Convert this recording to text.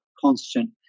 constant